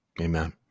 amen